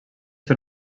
són